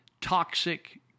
toxic